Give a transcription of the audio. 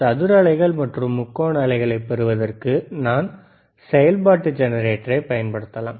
சதுர அலைகள் மற்றும் முக்கோண அலைகளை பெறுவதற்கு நான் செயல்பாட்டு ஜெனரேட்டரைப் பயன்படுத்தலாம்